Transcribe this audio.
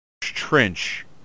trench